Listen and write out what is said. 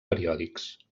periòdics